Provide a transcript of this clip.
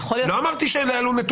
לא אמרתי שעלו נתונים.